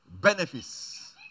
benefits